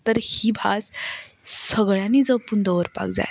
तर ही भास सगळ्यांनी जपून दवरपाक जाय